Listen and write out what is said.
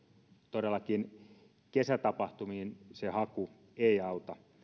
todellakin kesätapahtumiin se haku ei auta